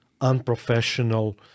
unprofessional